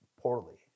poorly